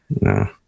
No